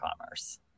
commerce